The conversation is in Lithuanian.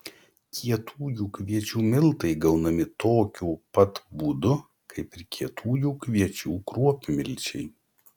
kietųjų kviečių miltai gaunami tokiu pat būdu kaip ir kietųjų kviečių kruopmilčiai